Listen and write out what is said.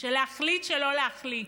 של להחליט שלא להחליט.